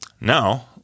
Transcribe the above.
now